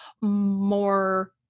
more